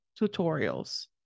tutorials